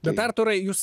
bet artūrai jūs